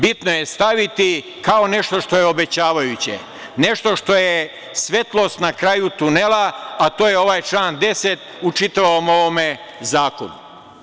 Bitno je staviti kao nešto što je obećavajuće, nešto što je svetlost na kraju tunela, a to je ovaj član 10. u čitavom ovom zakonu.